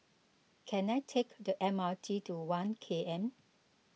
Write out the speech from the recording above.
can I take the M R T to one K M